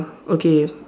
okay